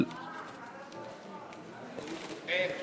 נרשם לי בטעות "נוכח".